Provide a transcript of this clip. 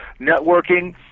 networking